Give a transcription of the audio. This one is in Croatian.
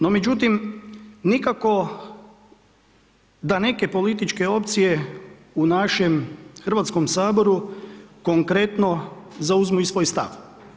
No međutim, nikako da neke političke opcije u našem Hrvatskom saboru konkretno zauzmu i svoj stav.